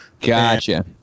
Gotcha